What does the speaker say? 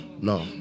no